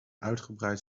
uitgebreid